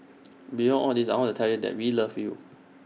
beyond all this I want to tell you that we love you